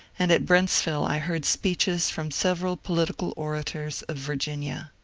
and at brentsville i heard speeches from several political orators of virginia.